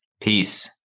Peace